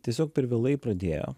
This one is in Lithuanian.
tiesiog per vėlai pradėjo